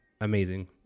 amazing